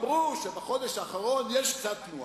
אמרו שבחודש האחרון יש קצת תנועה.